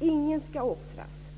Ingen ska offras.